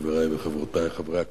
חברי וחברותי חברי הכנסת,